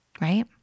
right